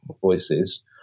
voices